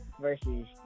versus